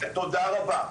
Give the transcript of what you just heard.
תודה רבה.